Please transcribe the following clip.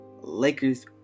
Lakers